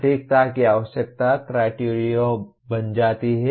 सटीकता की आवश्यकता क्राइटेरिओं बन जाती है